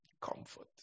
Comfort